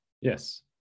Yes